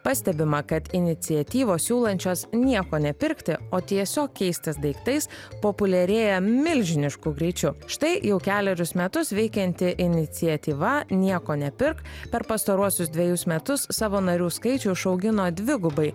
pastebima kad iniciatyvos siūlančios nieko nepirkti o tiesiog keistis daiktais populiarėja milžinišku greičiu štai jau kelerius metus veikianti iniciatyva nieko nepirk per pastaruosius dvejus metus savo narių skaičių išaugino dvigubai